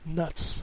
nuts